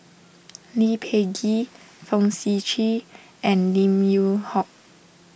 Lee Peh Gee Fong Sip Chee and Lim Yew Hock